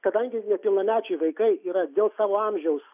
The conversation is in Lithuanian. kadangi nepilnamečiai vaikai yra dėl savo amžiaus